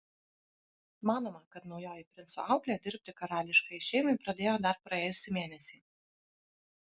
manoma kad naujoji princo auklė dirbti karališkajai šeimai pradėjo dar praėjusį mėnesį